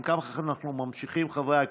אם כך, אנחנו ממשיכים, חברי הכנסת,